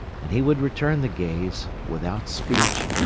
and he would return the gaze, without speech,